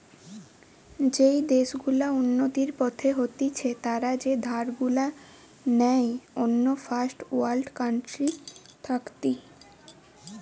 যেই দেশ গুলা উন্নতির পথে হতিছে তারা যে ধার গুলা নেই অন্য ফার্স্ট ওয়ার্ল্ড কান্ট্রি থাকতি